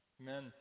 Amen